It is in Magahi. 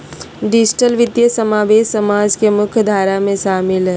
डिजिटल वित्तीय समावेश समाज के मुख्य धारा में शामिल हइ